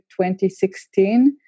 2016